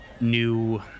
new